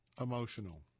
emotional